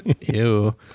Ew